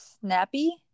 Snappy